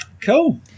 cool